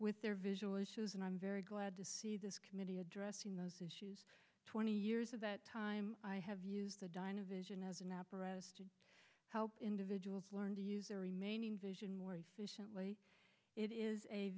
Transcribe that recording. with their visual issues and i'm very glad to see this committee addressing those issues twenty years of that time i have used the dyna vision as an apparatus to help individuals learn to use their remaining vision more efficiently it is a